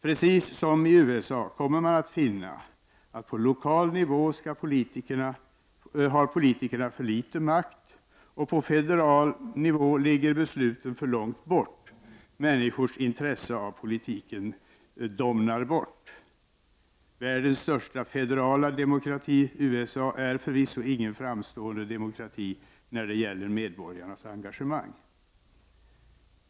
Precis som i USA kommer man att finna att på lokal nivå har politikerna för litet makt och på federal nivå ligger besluten för långt bort. Människors intresse för politiken domnar bort. Världens största federala demokrati, USA, är förvisso ingen framstående demokrati när det gäller medborgarnas engagemang.